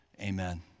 amen